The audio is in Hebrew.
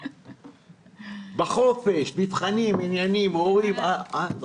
יישום התוכנית וניהול אסטרטגיית היציאה בכל הנוגע לאוכלוסיית